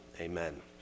amen